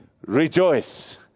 rejoice